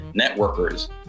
networkers